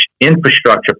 infrastructure